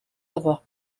avoir